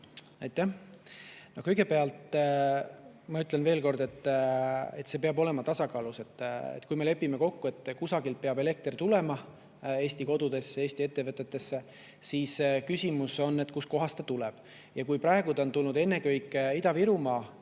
Aitäh! Kõigepealt, ma ütlen veel kord, et see peab olema tasakaalus. Kui me lepime kokku, et kusagilt peab elekter tulema Eesti kodudesse, Eesti ettevõtetesse, siis küsimus on, kust kohast see tuleb. Praegu on see tulnud väga palju Ida-Virumaa